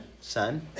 Son